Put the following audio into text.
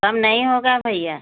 कम नहीं होगा भइया